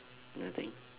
nothing